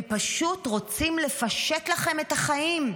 הם פשוט רוצים לפשט לכם את החיים.